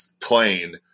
plain